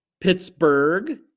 Pittsburgh